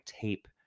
tape